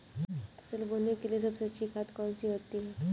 फसल बोने के लिए सबसे अच्छी खाद कौन सी होती है?